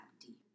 deep